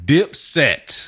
Dipset